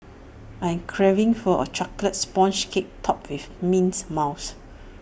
I am craving for A Chocolate Sponge Cake Topped with Mint Mousse